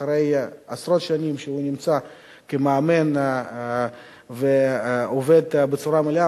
אחרי עשרות שנים שהוא מאמן ועובד בצורה מלאה,